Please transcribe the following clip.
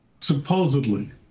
supposedly